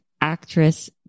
actress